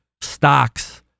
stocks